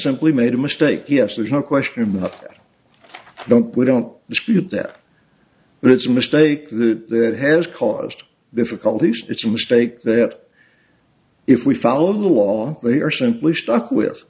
simply made a mistake yes there's no question we don't we don't dispute that but it's a mistake that that has caused difficulties it's a mistake that if we follow the law they are simply stuck with